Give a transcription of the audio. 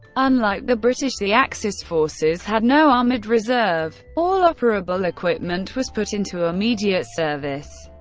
unlike the british, the axis forces had no armoured reserve all operable equipment was put into immediate service.